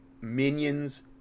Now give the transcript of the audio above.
minions